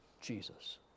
Jesus